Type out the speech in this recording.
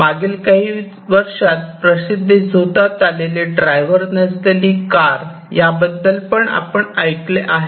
मागील काही वर्षात प्रसिद्धीझोतात आलेली आलेली ड्रायव्हर नसलेली कार याबद्दल पण आपण ऐकले आहे